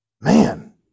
Man